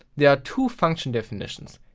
there are two function defnitions,